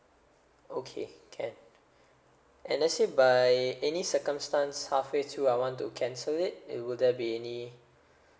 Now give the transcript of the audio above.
okay can and let's say by any circumstance halfway to I want to cancel it will there be any